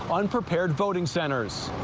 unprepared voting centers.